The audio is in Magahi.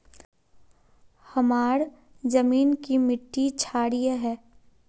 हमार जमीन की मिट्टी क्षारीय है?